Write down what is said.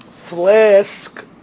flask